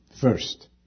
First